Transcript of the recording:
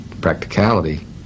Practicality